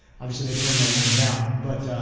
obviously, they turned that name down. but,